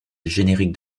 générique